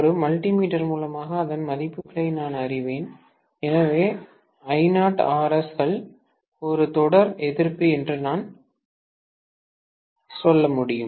ஒரு மல்டிமீட்டர் மூலமாக அதன் மதிப்புகளை நான் அறிவேன் எனவே I0Rs கள் ஒரு தொடர் எதிர்ப்பு என்று நான் சொல்ல முடியும்